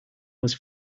was